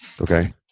Okay